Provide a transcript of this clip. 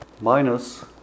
minus